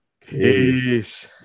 Peace